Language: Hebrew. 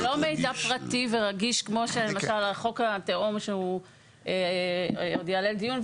זה לא מידע פרטי ורגיש כמו החוק התאום שעוד יעלה לדיון,